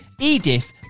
Edith